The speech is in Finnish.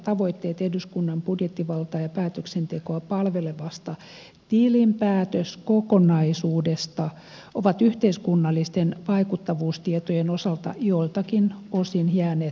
tavoitteet eduskunnan budjettivaltaa ja päätöksentekoa palvelevasta tilinpäätöskokonaisuudesta ovat yhteiskunnallisten vaikuttavuustietojen osalta joiltakin osin jääneet toteutumatta